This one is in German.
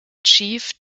chief